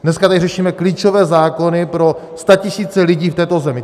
Dneska tady řešíme klíčové zákony pro statisíce lidí v této zemi.